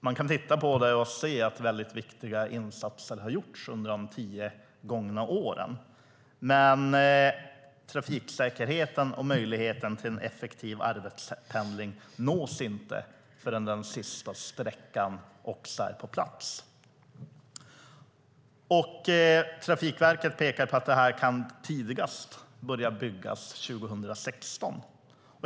Man kan se att väldigt viktiga insatser har gjorts under de tio gångna åren, men trafiksäkerheten och möjligheten till en effektiv arbetspendling nås inte förrän den sista sträckan också är på plats. Trafikverket pekar på att det här tidigast kan börja byggas 2016.